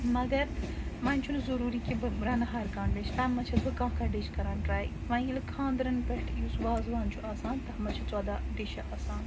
مَگر وۄنۍ چُھنہٕ ضٔروٗری کہِ بہٕ رَنہٕ ہَرکانٛہہ ڈِش تَمہِ منٛز چھَس بہٕ کانٛہہ کانٛہہ ڈِش کَران ٹرٛاے وۄنۍ ییٚلہِ خاندٕرَن پٮ۪ٹھ یُس وازوان چھُ آسان تَتھ منٛز چھِ ژۄداہ ڈِشہِ آسان